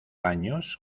años